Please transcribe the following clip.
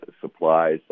supplies